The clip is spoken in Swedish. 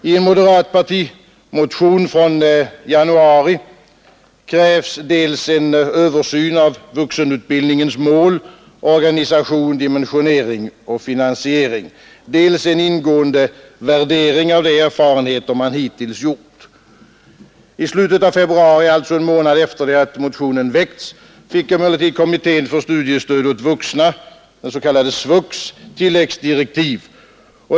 I en moderat partimotion från januari krävs dels en översyn av vuxenutbildningens mål, organisation, dimensionering och finansiering, dels en ingående värdering av de erfarenheter man hittills gjort. I slutet av februari, alltså en månad efter det att motionen hade väckts, fick emellertid kommittén för studiestöd åt vuxna, den s.k. SVUX, tilläggsdirektiv.